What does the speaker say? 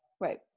right